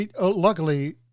luckily